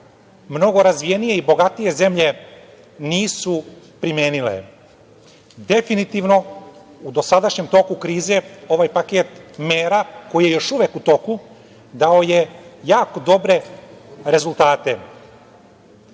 mnogo razvijenije i bogatije zemlje nisu primenile. Definitivno, u dosadašnjem toku krize, ovaj paket mera koji je još uvek u toku, dao je jako dobre rezultate.